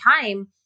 time